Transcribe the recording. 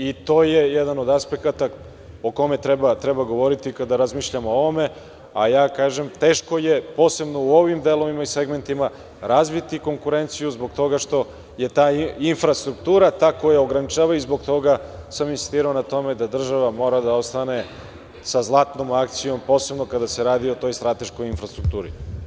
I to je jedan od aspekata o kome treba govoriti kada razmišljamo o ovome, a ja kažem teško je, posebno u ovim delovima i segmentima, razviti konkurenciju, zbog toga što je infrastruktura ta koja ograničava i zbog toga sam insistirao na tome da država mora da ostane sa zlatnom akcijom, posebno kada se radi o toj strateškoj infrastrukturi.